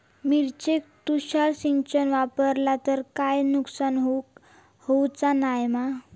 मिरचेक तुषार सिंचन वापरला तर काय नुकसान होऊचा नाय मा?